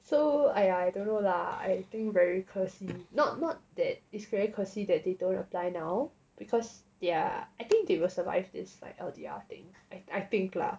so !aiya! I don't know lah I think very 可惜 not not that it's very 可惜 that they don't want to apply now because they're I think they will survive this like L_D_R thing I I think lah